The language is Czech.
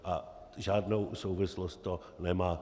A žádnou souvislost to nemá.